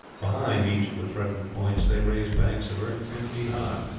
behind each of the threatened points they raised banks of earth ten feet high,